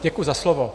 Děkuji za slovo.